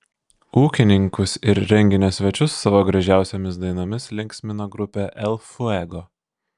ūkininkus ir renginio svečius savo gražiausiomis dainomis linksmino grupė el fuego